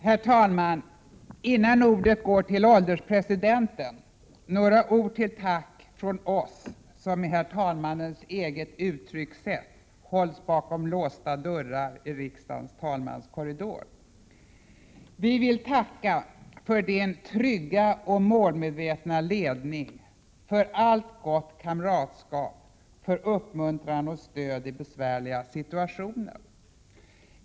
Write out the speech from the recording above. Herr talman! Innan ordet går till ålderspresidenten, vill jag säga några ord till tack från oss som med herr talmannens eget uttryckssätt hålls bakom låsta dörrar i riksdagens talmanskorridor. Vi vill tacka för Din trygga och målmedvetna ledning, för allt gott kamratskap, för uppmuntran och stöd i besvärliga situationer.